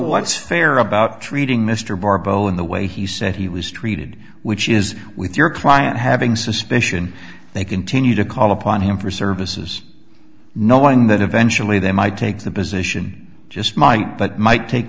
what's fair about treating mr barbeau in the way he said he was treated which is with your client having suspicion they continue to call upon him for services knowing that eventually they might take the position just might but might take